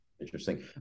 Interesting